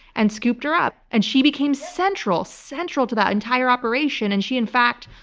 and scooped her up. and she became central central to that entire operation. and she, in fact,